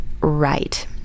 Right